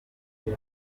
rero